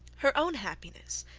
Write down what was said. her own happiness,